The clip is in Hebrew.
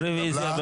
רביזיה.